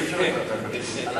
אי-אפשר לוועדה החשאית.